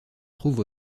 trouve